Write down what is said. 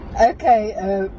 Okay